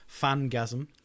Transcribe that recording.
fangasm